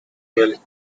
well